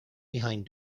behind